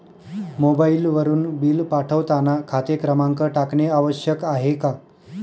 मोबाईलवरून बिल पाठवताना खाते क्रमांक टाकणे आवश्यक आहे का?